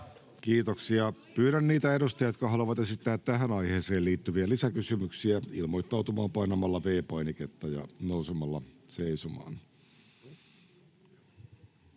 Kiitoksia. — Pyydän niitä edustajia, jotka haluavat esittää tähän aiheeseen liittyviä lisäkysymyksiä, ilmoittautumaan painamalla V-painiketta ja nousemalla seisomaan.